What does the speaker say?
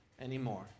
anymore